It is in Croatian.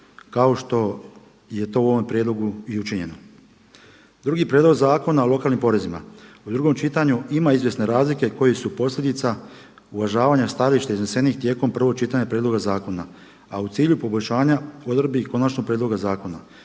kao što je to u ovom prijedlogu i učinjeno. Drugi prijedlog zakona o lokalnim porezima. U drugom čitanju ima izvjesne razlike koje su posljedica uvažavanja stajališta iznesenih tijekom prvog čitanja prijedloga zakona. A u cilju poboljšanja odredbi i konačnog prijedloga zakona.